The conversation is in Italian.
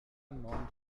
non